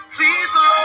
Please